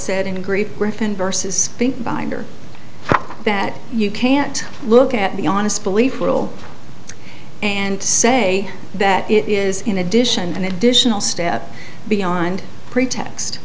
said in great britain versus big binder that you can't look at the honest belief will and to say that it is in addition an additional step beyond pretext